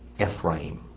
Ephraim